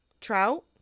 trout